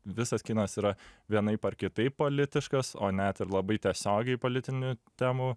visas kinas yra vienaip ar kitaip politiškas o net ir labai tiesiogiai politinių temų